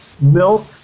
milk